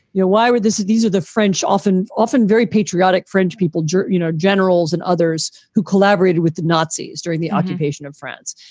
you know, why were this is these are the french often often very patriotic french people, you know, generals and others who collaborated with the nazis during the occupation of france.